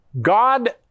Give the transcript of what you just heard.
God